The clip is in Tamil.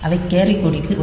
அவை கேரி கொடிக்கு வரும்